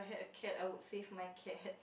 cat I would save my cat